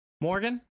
Morgan